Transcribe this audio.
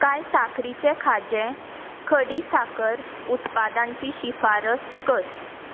कांय साखरीचें खाजें खडीसाकर उत्पादांची शिफारस कर